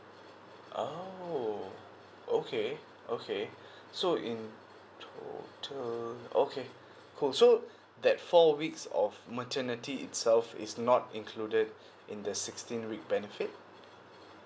oh okay okay so in total okay oh so that four weeks of maternity itself is not included in the sixteen week benefit